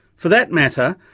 for that matter,